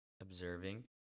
observing